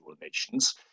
nations